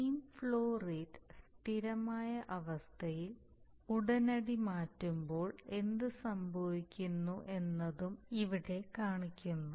steam flow rate സ്ഥിരമായ അവസ്ഥയിൽ ഉടനടി മാറ്റുമ്പോൾ എന്ത് സംഭവിക്കുന്നു എന്നതും ഇവിടെ കാണിക്കുന്നു